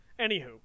Anywho